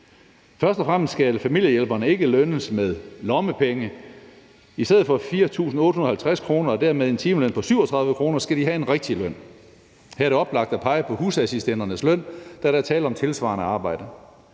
Først og fremmest skal familiehjælperne ikke lønnes med lommepenge. I stedet for 4.850 kr. og dermed en timeløn på 37 kr. skal de have en rigtig løn. Her er det oplagt at pege på husassistenternes løn, da der tale om tilsvarende arbejde.